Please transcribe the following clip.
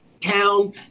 town